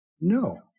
No